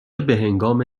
بههنگام